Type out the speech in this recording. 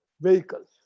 vehicles